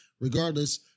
regardless